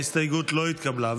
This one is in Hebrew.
ההסתייגות לא התקבלה.